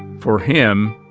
for him,